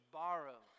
borrow